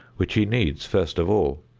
which he needs first of all,